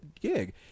gig